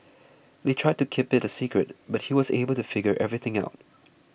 they tried to keep it a secret but he was able to figure everything out